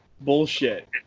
bullshit